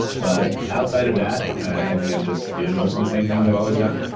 but outside of that, i think i'm just doing most of the same things i've always done